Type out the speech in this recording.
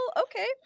okay